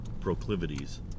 proclivities